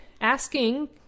asking